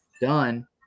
done